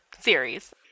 series